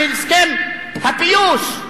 על הסכם הפיוס.